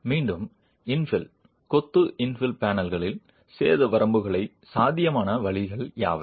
மீண்டும் இன்ஃபில் கொத்து இன்ஃபில் பேனல்களில் சேத வரம்புக்கான சாத்தியமான வழிகள் யாவை